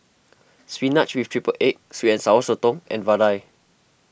Spinach with Triple Egg Sweet and Sour Sotong and Vadai